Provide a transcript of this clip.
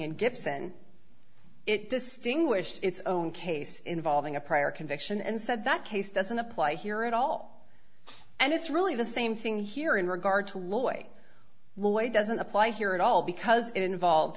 gibson it distinguished its own case involving a prior conviction and said that case doesn't apply here at all and it's really the same thing here in regard to lloyd's way doesn't apply here at all because it involve